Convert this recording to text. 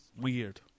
weird